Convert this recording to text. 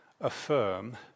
affirm